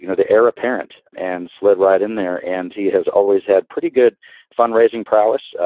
you know the heir apparent and slid right in there. and he has always had pretty good fundraising prowess.